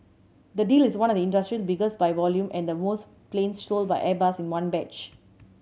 the deal is one of the industry's biggest by volume and the most planes sold by Airbus in one batch